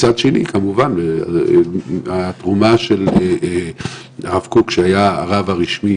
מצד שני, התרומה של הרב קוק שהיה הרב הרשמי